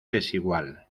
desigual